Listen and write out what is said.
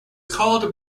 called